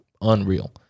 unreal